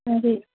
ਹਾਂਜੀ